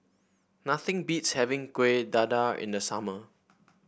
nothing beats having Kuih Dadar in the summer